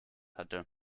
hatte